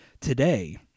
today—